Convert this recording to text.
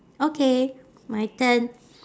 okay my turn